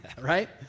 Right